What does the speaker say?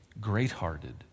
great-hearted